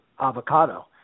avocado